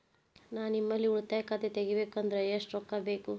ನಾ ನಿಮ್ಮಲ್ಲಿ ಉಳಿತಾಯ ಖಾತೆ ತೆಗಿಬೇಕಂದ್ರ ಎಷ್ಟು ರೊಕ್ಕ ಬೇಕು?